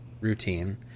routine